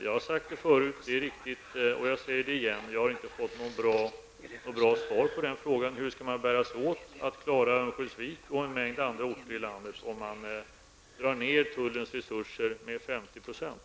Det är riktigt att jag sagt detta förut, och jag säger det igen, för jag har inte fått något bra svar på hur man skall bära sig åt för att klara servicen i Örnsköldsvik och i en del andra orter om man drar ner tullens resurser med 50 %.